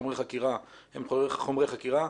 חומרי חקירה הם חומרי חקירה,